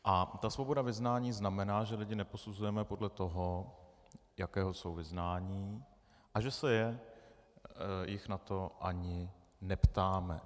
A ta svoboda vyznání znamená, že lidi neposuzujeme podle toho, jakého jsou vyznání, a že se jich na to ani neptáme.